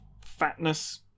fatness